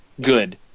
good